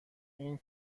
این